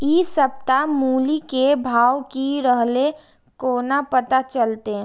इ सप्ताह मूली के भाव की रहले कोना पता चलते?